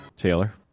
taylor